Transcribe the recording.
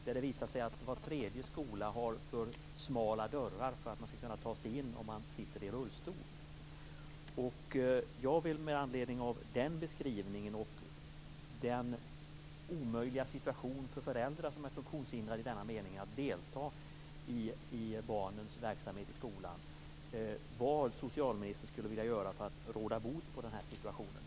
Det visar sig att var tredje skola har för smala dörrar för att man skall kunna ta sig in om man sitter i rullstol.